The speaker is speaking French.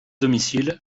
domicile